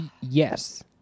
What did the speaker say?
yes